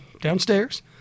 downstairs